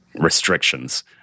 restrictions